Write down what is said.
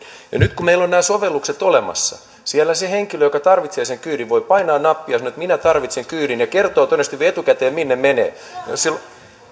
ja nyt kun meillä on nämä sovellukset olemassa siellä se henkilö joka tarvitsee sen kyydin voi painaa nappia ja sanoa että minä tarvitsen kyydin ja kertoo todennäköisesti vielä etukäteen minne menee